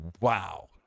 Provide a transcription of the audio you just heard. Wow